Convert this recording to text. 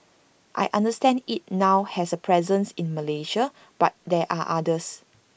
I understand IT now has A presence in Malaysia but there are others